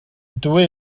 dwy